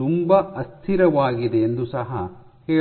ತುಂಬಾ ಅಸ್ಥಿರವಾಗಿದೆ ಎಂದು ಸಹ ಹೇಳೋಣ